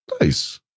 nice